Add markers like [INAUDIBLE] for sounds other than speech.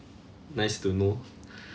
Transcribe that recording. nice to know [BREATH]